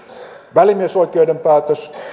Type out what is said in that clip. välimiesoikeuden päätös